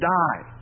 die